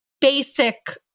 basic